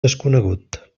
desconegut